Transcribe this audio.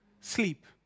sleep